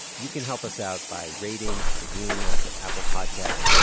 you can help us out by rating, reviewing us at apple podcasts,